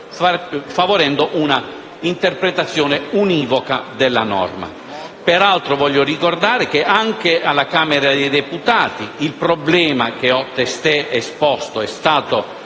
favorendo un'interpretazione univoca della norma. Peraltro, voglio ricordare che anche alla Camera dei deputati il problema che ho testé esposto è stato